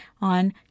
on